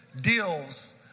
deals